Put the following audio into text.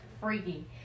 freaky